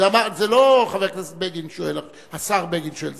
זה לא השר בגין שואל,